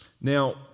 Now